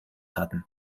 hatten